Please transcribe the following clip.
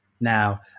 Now